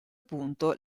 punto